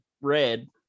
red